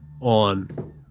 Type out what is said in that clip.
on